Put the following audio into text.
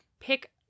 pick